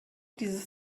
dieses